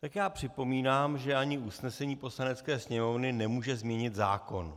Tak já připomínám, že ani usnesení Poslanecké sněmovny nemůže změnit zákon.